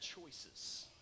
choices